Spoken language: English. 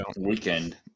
weekend